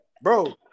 Bro